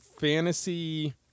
fantasy